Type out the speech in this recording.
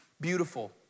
beautiful